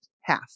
half